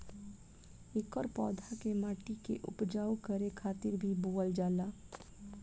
एकर पौधा के माटी के उपजाऊ करे खातिर भी बोअल जाला